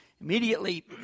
Immediately